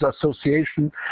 Association